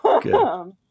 good